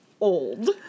old